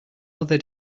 other